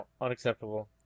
unacceptable